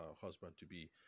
husband-to-be